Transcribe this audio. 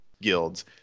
guilds